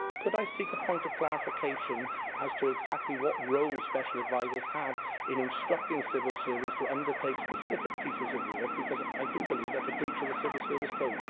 could i seek a point of clarification as to exactly what role special advisers have in instructing civil servants to undertake specific pieces of work? because i do believe that's a breach of the civil service code